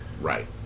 Right